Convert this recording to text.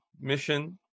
mission